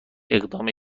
اقدام